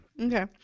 okay